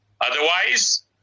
Otherwise